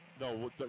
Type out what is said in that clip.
No